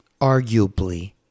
arguably